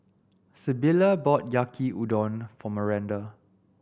Sybilla bought Yaki Udon for Myranda